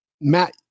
matt